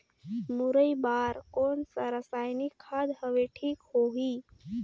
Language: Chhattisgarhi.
मुरई बार कोन सा रसायनिक खाद हवे ठीक होही?